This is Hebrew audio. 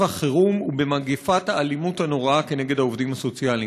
החירום ובמגפת האלימות הנוראה כנגד העובדים הסוציאליים.